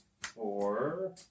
Four